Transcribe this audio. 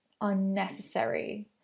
unnecessary